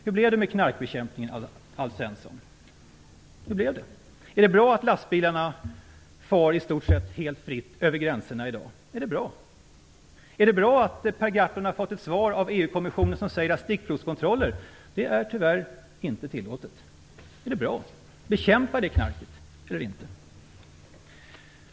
Hur blev det med knarkbekämpningen, Alf Svensson? Är det bra att lastbilarna far i stort sett helt fritt över gränserna i dag? Är det bra att Per Gahrton har fått ett svar av EU-kommissionen som säger att stickprovskontroller tyvärr inte är tillåtet? Bekämpar det knarket eller inte?